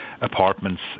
apartments